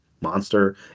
monster